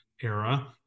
era